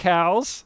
Cows